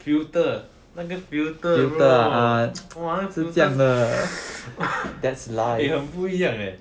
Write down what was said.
filter 那个 filter yo bro !wah! 那个 很不一样 eh